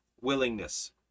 willingness